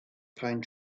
pine